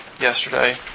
yesterday